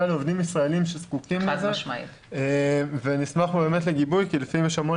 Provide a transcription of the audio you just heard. לעובדים ישראלים שזקוקים לזה ונשמח לגיבוי כי לפעמים יש המון